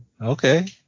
Okay